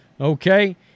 okay